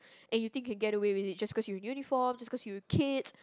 and you think can get away with it just because you're in uniform just because you're kids